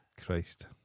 Christ